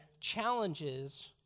challenges